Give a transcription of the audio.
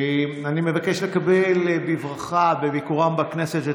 אני מבקש לקבל בברכה בביקורם בכנסת את